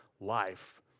life